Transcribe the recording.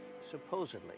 supposedly